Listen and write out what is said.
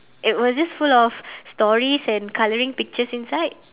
it was just full of stories and colouring pictures inside